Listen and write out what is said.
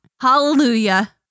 Hallelujah